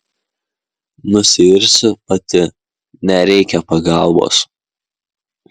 nusiirsiu pati nereikia pagalbos